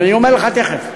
אני אומר לך תכף.